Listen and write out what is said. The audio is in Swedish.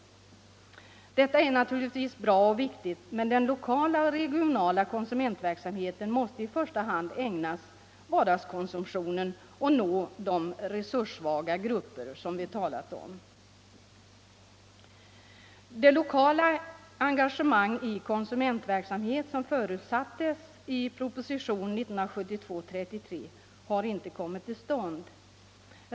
Detta är naturligtvis bra och viktigt, men den lokala och regionala konsumentverksamheten måste i första hand ägnas vardagskonsumtionen och nå de resurssvaga grupper som vi talat om. Det lokala engagemang i konsumentverksamhet som förutsattes i propositionen 1972:33 har inte kommit till stånd.